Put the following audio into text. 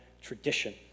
tradition